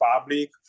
public